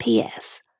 PS